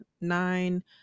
nine